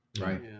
right